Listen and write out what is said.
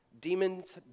demons